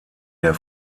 der